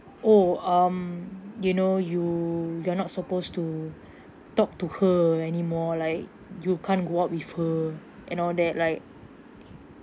oh um you know you you're not supposed to talk to her anymore like you can't go out with her and all that like